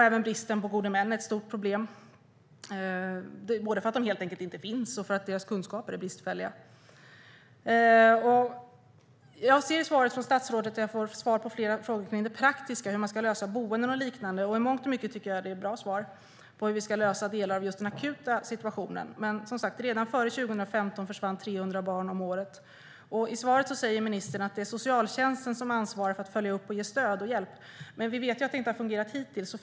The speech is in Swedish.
Även bristen på gode män är ett stort problem, både för att deras kunskaper är bristfälliga och för att det helt enkelt inte finns tillräckligt många. I svaret från statsrådet får jag svar på flera frågor kring det praktiska, hur man ska lösa boende och liknande. I mångt och mycket tycker jag att det är bra svar på hur vi ska lösa delar av just den akuta situationen. Redan före 2015 försvann 300 barn om året. Ministern sa i sitt svar att det är socialtjänsten som ansvarar för att följa upp och ge stöd och hjälp, men vi vet att det inte har fungerat hittills.